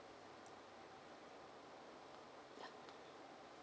yeah